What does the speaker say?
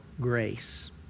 grace